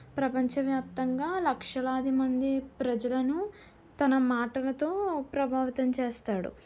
ప్రపంచవ్యాప్తంగా లక్షలాదిమంది ప్రజలను తన మాటలతో ప్రభావితం చేస్తాడు